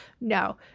no